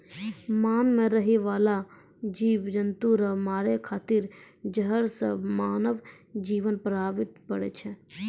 मान मे रहै बाला जिव जन्तु रो मारै खातिर जहर से मानव जिवन प्रभावित पड़ै छै